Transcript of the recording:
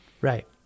Right